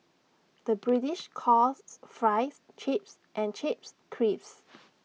the British calls Fries Chips and Chips Crisps